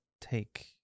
take